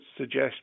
suggest